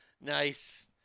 Nice